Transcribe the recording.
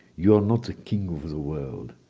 you are not the king of the world.